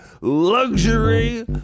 luxury